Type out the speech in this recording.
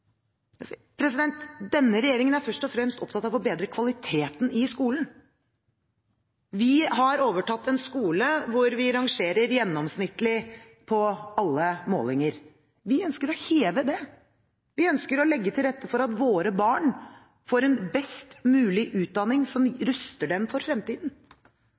Denne regjeringen er først og fremst opptatt av å bedre kvaliteten i skolen. Vi har overtatt en skole som rangerer gjennomsnittlig på alle målinger. Vi ønsker å heve det – vi ønsker å legge til rette for at våre barn får en best mulig utdanning, som ruster dem for fremtiden.